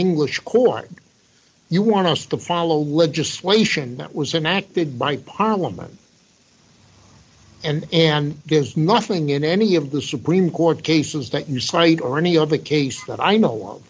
english court you want us to follow legislation that was enacted by parliament and and gives nothing in any of the supreme court cases that you cite or any other case that i know